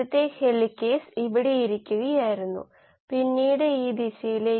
metabolite flux വിശകലനം ഉപയോഗിച്ച് എല്ലാം ചെയ്യാൻ കഴിയും ശരിയല്ലേ